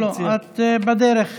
בואו נירגע,